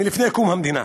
עוד לפני קום המדינה,